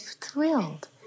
thrilled